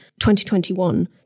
2021